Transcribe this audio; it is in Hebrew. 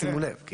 שימו לב.